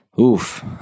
oof